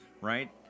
right